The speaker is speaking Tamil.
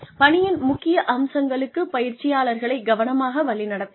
பணியின் முக்கிய அம்சங்களுக்கு பயிற்சியாளர்களை கவனமாக வழிநடத்துங்கள்